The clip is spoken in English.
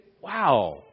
wow